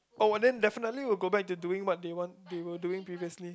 oh then definitely will go back to doing what they want they were doing previously